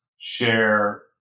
share